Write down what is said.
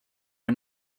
are